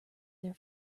their